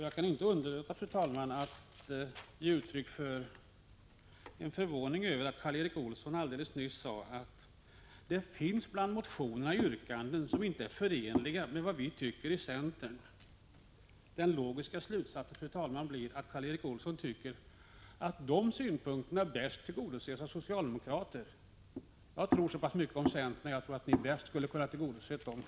Jag kan inte underlåta, fru talman, att ge uttryck för min förvåning över att Karl Erik Olsson alldeles nyss sade att det i motionerna finns yrkanden som inte är förenliga med vad man tycker inom centern. Den logiska slutsatsen blir att Karl Erik Olsson tycker att de synpunkterna bäst tillgodoses av socialdemokrater. Jag har så höga tankar om centern att jag tror att man inom centern själv bäst skulle ha kunnat tillgodose dem.